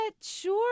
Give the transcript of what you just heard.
sure